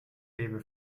lebe